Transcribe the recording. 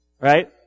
Right